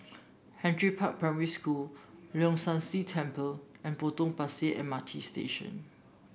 Henry Park Primary School Leong San See Temple and Potong Pasir M R T Station